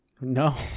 No